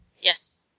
Yes